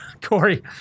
Corey